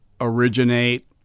originate